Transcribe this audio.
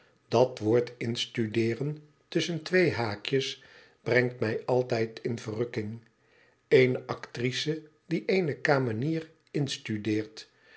dat woord in studeeren tusschen twee haakjes brengt mij altijd in verrukking eene actrice dieeene kamenier in studeert een danser die de horlepijp in studeert